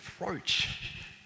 approach